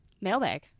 Mailbag